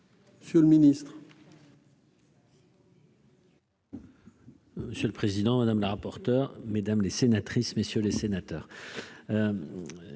Monsieur le Ministre. Monsieur le président, madame la rapporteure mesdames les sénatrices, messieurs les sénateurs,